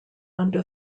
under